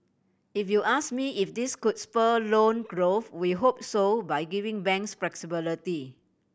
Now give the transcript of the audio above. if you ask me if this could spur loan growth we hope so by giving banks flexibility